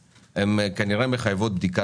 שהוא לא ישנה את מטרותיו כפי שהן רשומות בתקנון.